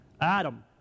Adam